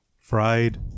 fried